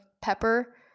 pepper